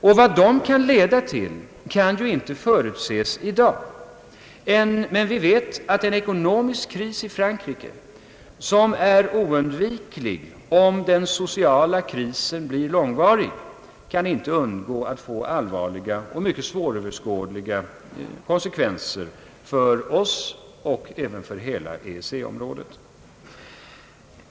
Vad dessa kommer att leda till kan inte förutses i dag, men vi vet att en ekonomisk kris i Frankrike, som är oundviklig om den sociala krisen blir långvarig, inte kan undgå att få allvarliga och mycket svåröverskådliga konsekvenser för oss och även för hela EEC-området.